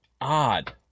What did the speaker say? odd